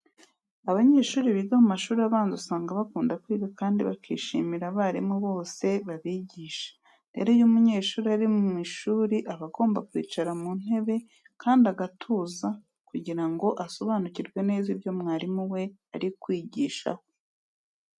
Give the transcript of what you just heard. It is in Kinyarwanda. Abanyeshuri biga mu mashuri abanza usanga bakunda kwiga kandi bakishimira abarimu bose babigisha. Rero iyo umunyeshuri ari mu ishuri aba agomba kwicara mu ntebe kandi agatuza kugira ngo asobanukirwe neza ibyo umwarimu we ari kwigishaho.